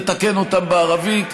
תתקן אותם בערבית,